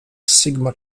sigma